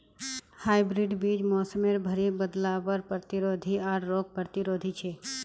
hybrid बीज मोसमेर भरी बदलावर प्रतिरोधी आर रोग प्रतिरोधी छे